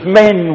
men